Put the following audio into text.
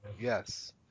Yes